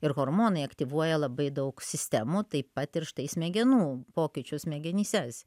ir hormonai aktyvuoja labai daug sistemų taip pat ir štai smegenų pokyčius smegenyse